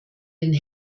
den